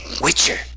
Witcher